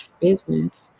business